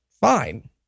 fine